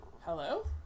Hello